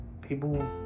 People